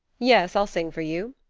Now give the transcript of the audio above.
yes, i'll sing for you,